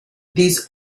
these